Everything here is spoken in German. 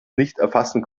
nichterfassen